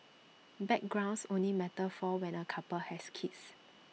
backgrounds only matter for when A couple has kids